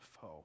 foe